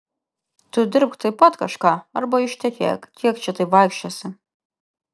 tu dirbk taip pat kažką arba ištekėk kiek čia taip vaikščiosi